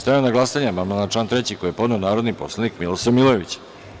Stavljam na glasanje amandman na član 3. koji je podneo narodni poslanik Milosav Milojević.